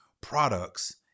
products